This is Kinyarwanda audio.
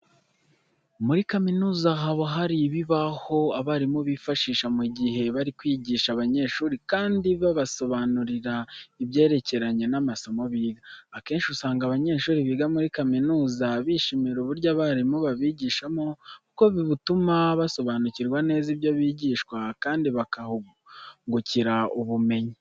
Muri kaminuza haba hari ibibaho abarimu bifashisha mu gihe bari kwigisha abanyeshuri kandi babasobanurira ibyerekeranye n'amasomo biga. Akenshi usanga abanyeshuri biga muri kaminuza bishimira uburyo abarimu babigishamo kuko butuma basobanukirwa neza ibyo bigishwa kandi bakahungukira ubumenyi.